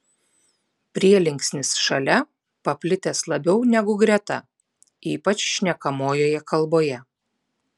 prielinksnis šalia paplitęs labiau negu greta ypač šnekamojoje kalboje